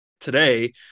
today